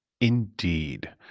Indeed